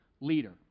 leader